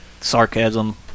Sarcasm